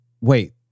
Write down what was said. Wait